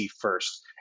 first